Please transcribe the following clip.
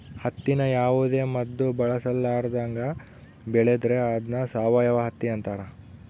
ಹತ್ತಿನ ಯಾವುದೇ ಮದ್ದು ಬಳಸರ್ಲಾದಂಗ ಬೆಳೆದ್ರ ಅದ್ನ ಸಾವಯವ ಹತ್ತಿ ಅಂತಾರ